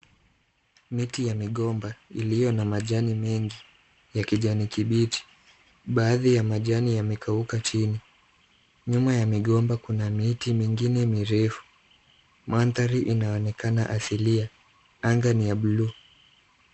Miti ya migomba iliyo na majani mingi ya kijani kibichi. Baadhi ya majani yamekauka chini. Nyuma ya migomba kuna miti mingine mirefu. Mandhari inaonekana asilia. Anga ni ya blue .